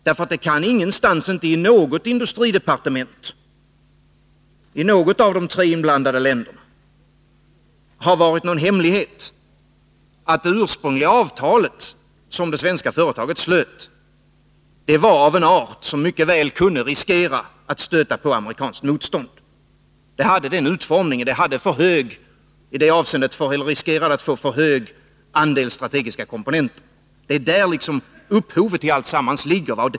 Det kan ingenstans — inte i något industridepartement i något av de tre inblandade länderna — ha varit någon hemlighet att det ursprungliga avtal som det svenska företaget slöt var av den art som mycket väl kunde riskera att stöta på amerikanskt motstånd. Det hade den utformningen. Det fanns risk för att det skulle bli för stor andel strategiska komponenter. Det är där upphovet till alltsammans ligger.